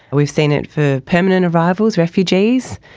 we've seen it for permanent arrivals, refugees,